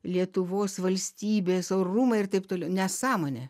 lietuvos valstybės orumą ir taip toliau nesąmonė